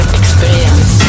experience